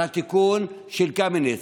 על התיקון של קמיניץ.